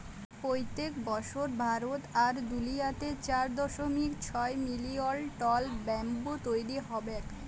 পইত্তেক বসর ভারত আর দুলিয়াতে চার দশমিক ছয় মিলিয়ল টল ব্যাম্বু তৈরি হবেক